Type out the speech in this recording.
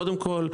קודם כול,